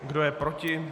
Kdo je proti?